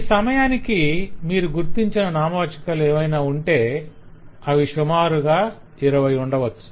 ఈ సమయానికి మీరు గుర్తించిన నామవాచకాలు ఏమైనా ఉంటే అవి షుమారుగా ఇవై ఉండవచ్చు